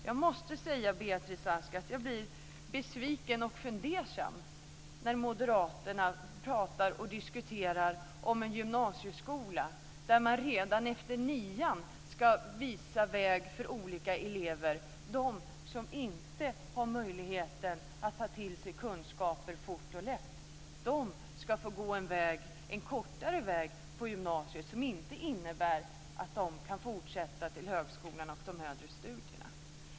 Jag måste säga, Beatrice Ask, att jag blir besviken och fundersam när Moderaterna pratar och diskuterar om en gymnasieskola där man redan efter nian ska visa väg för olika elever. De som inte har möjlighet att ta till sig kunskaper fort och lätt ska få gå en kortare väg på gymnasiet som inte innebär att de kan fortsätta till högskolan och högre studier.